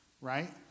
right